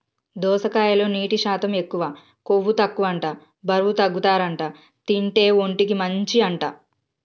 దోసకాయలో నీటి శాతం ఎక్కువ, కొవ్వు తక్కువ అంట బరువు తగ్గుతారట తింటే, ఒంటికి మంచి అంట